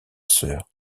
sœur